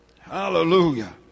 Hallelujah